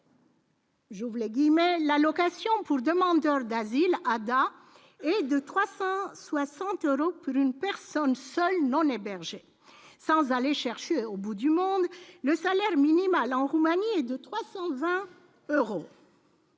vous l'ai dit, mais l'allocation pour demandeur d'asile Ada et de 360 euros pour une personne seule, non les bergers, sans aller chercher au bout du monde, le salaire minimal en Roumanie, et de 320 euros.